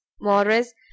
Morris